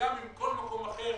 וגם עם כל מקום אחר